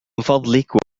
فضلك